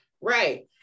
Right